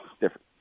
different